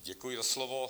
Děkuji za slovo.